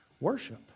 Worship